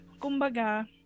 Kumbaga